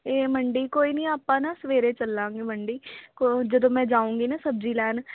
ਇਹ ਮੰਡੀ ਕੋਈ ਨਹੀਂ ਆਪਾਂ ਨਾ ਸਵੇਰੇ ਚੱਲਾਂਗੇ ਮੰਡੀ ਕੋ ਜਦੋਂ ਮੈਂ ਜਾਊਂਗੀ ਨਾ ਸਬਜ਼ੀ ਲੈਣ